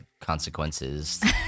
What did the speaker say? consequences